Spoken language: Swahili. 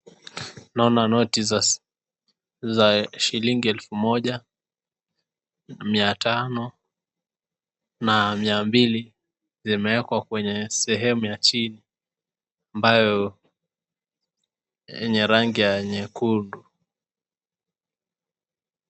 Naona noti za shilingi elfu moja, mia tano na mia mbili zimeekwa kwenye sehemu ya chini yenye rangi ya nyekundu.